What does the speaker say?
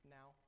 now